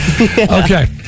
Okay